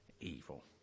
evil